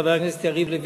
חבר הכנסת יריב לוין,